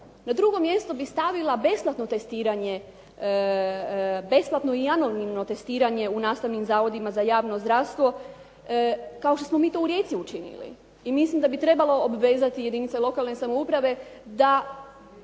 Na drugo mjesto bih stavila besplatno testiranje, besplatno i anonimno testiranje u nastavnim zavodima za javno zdravstvo kao što smo mi to u Rijeci učinili i mislim da bi trebalo obvezati jedinice lokalne samouprave da